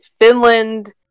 Finland